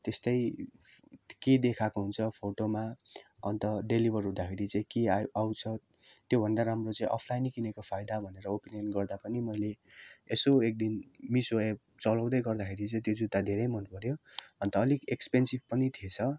त्यस्तै के देखाएको हुन्छ फोटोमा अन्त डेलिभर हुँदाखेरि चाहिँ के आ आउँछ त्यो भन्दा राम्रो चाहिँ अफलाइनै किनेको फाइदा भनेर ओपिनियन गर्दा पनि मैले यसो एकदिन मिसो एप चलाउँदै गर्दाखेरि चाहिँ त्यो जुत्ता देखेँ मन पऱ्यो अन्त अलिक एक्सपेन्सिभ पनि थिएछ